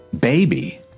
baby